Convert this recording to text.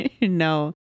No